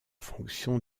fonction